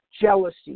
jealousy